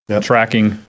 tracking